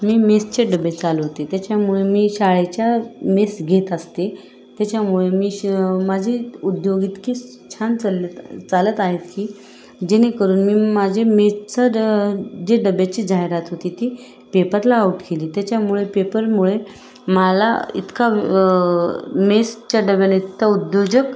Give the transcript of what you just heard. मी मेसचे डबे चालवते त्याच्यामुळे मी शाळेच्या मेस घेत असते त्याच्यामुळे मी श माझी उद्योग इतकी छान चालत चालत आहेत की जेणेकरून मी माझे मेसचं ड जे डब्याची जाहिरात होती ती पेपरला आऊट केली त्याच्यामुळे पेपरमुळे मला इतका मेसच्या डब्याने आता उद्योजक